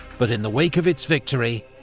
but in the wake of its victory,